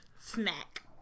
snack